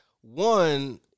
One